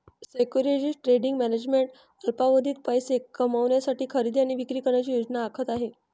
securities trading management अल्पावधीत पैसे कमविण्यासाठी खरेदी आणि विक्री करण्याची योजना आखत आहे